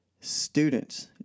students